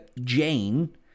Jane